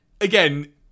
again